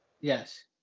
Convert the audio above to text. Yes